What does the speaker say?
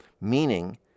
Meaning